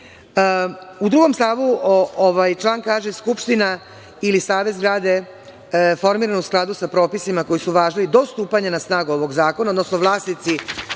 drugom stavu se kaže – skupština ili savet zgrade formiran u skladu sa propisima koji su važili do stupanja na snagu ovog zakona, odnosno vlasnici